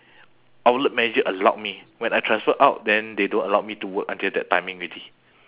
outlet manager allowed me when I transfer out then they don't allow me to work until that timing already